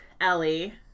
Ellie